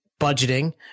budgeting